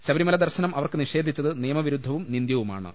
ശബരിമല ദർശനം അവർക്ക് നിഷേധിച്ചത് നിയ മവിരുദ്ധവും നിന്ദ്യവുമണ്